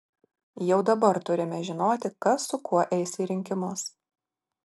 jau dabar turime žinoti kas su kuo eis į rinkimus